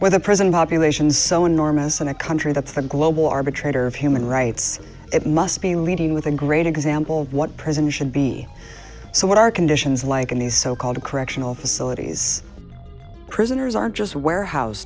when the president populations so enormous and a country that's the global arbitrator of human rights it must be leading with a great example of what president should be so what are conditions like in the so called correctional facilities prisoners aren't just warehouse